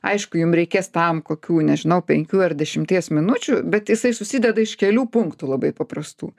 aišku jum reikės tam kokių nežinau penkių ar dešimties minučių bet jisai susideda iš kelių punktų labai paprastų